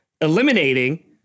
eliminating